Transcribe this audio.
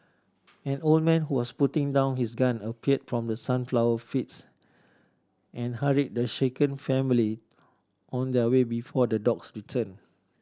an old man who was putting down his gun appeared from the sunflower fields and hurried the shaken family on their way before the dogs return